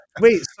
Wait